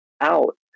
out